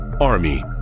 army